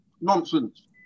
Nonsense